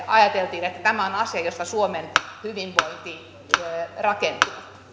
ajateltiin että tämä on asia josta suomen hyvinvointi rakentuu